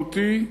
משמעותי,